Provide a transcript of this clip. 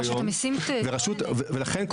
ולכן,